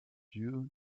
you